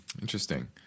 interesting